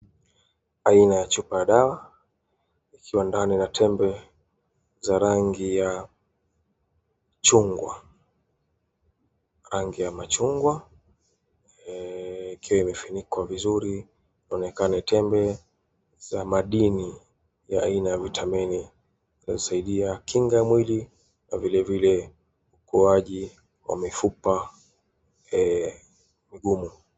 Aina ya chupa ya dawa, ikiwa ndani na tembe za rangi ya chungwa. Rangi ya machungwa ikiwa imefunikwa vizuri, ionekana tembe za madini ya aina ya vitamini. Inasaidia kinga ya mwili na vilevile ukuaji wa mifupa migumu.